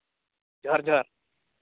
ᱡᱚᱦᱟᱨ ᱡᱚᱦᱟᱨ